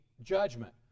judgment